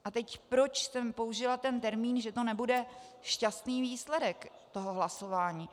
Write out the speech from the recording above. A teď proč jsem použila ten termín, že to nebude šťastný výsledek toho hlasování.